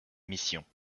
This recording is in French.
mission